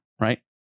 right